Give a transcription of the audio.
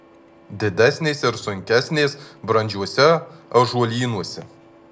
didesnės ir sunkesnės brandžiuose ąžuolynuose